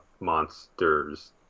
monsters